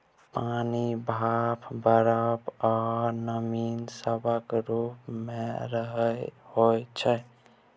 पानि, भाप, बरफ, आ नमी सभक रूप मे सेहो छै